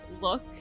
look